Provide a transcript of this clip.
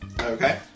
Okay